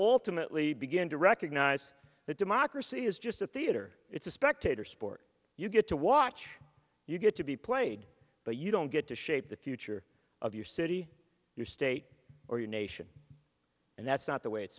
timidly begin to recognize that democracy is just a theater it's a spectator sport you get to watch you get to be played but you don't get to shape the future of your city your state or your nation and that's not the way it's